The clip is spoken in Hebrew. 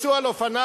תיסעו על אופניים,